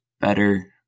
better